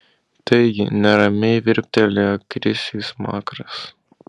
taigi neramiai virptelėjo krisiui smakras